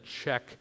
Check